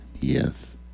Yes